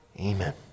Amen